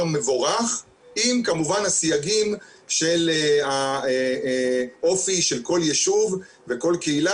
מבורך עם כמובן הסייגים של האופי של כל יישוב וכל קהילה.